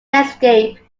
netscape